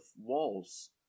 walls